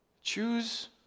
choose